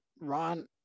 Ron